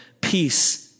peace